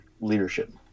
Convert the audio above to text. leadership